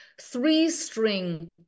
three-string